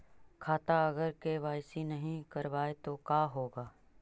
खाता अगर के.वाई.सी नही करबाए तो का होगा?